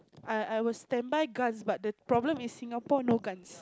I I will stand by guns but the problem is Singapore no guns